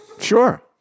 Sure